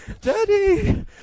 Daddy